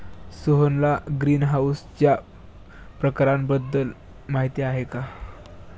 सोहनला ग्रीनहाऊसच्या प्रकारांबद्दल माहिती आहे